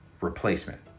Replacement